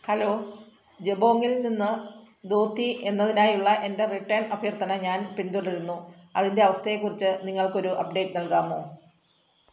hello ജബോങ്ങിൽ നിന്ന് ധോത്തി എന്നതിനായുള്ള എൻ്റെ റിട്ടേൺ അഭ്യർത്ഥന ഞാൻ പിന്തുടരുന്നു അതിൻ്റെ അവസ്ഥയെക്കുറിച്ച് നിങ്ങൾക്കൊരു അപ്ഡേറ്റ് നൽകാമോ